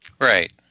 Right